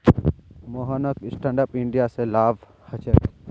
मोहनक stand up India स लाभ ह छेक